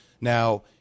Now